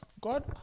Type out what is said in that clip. God